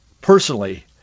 personally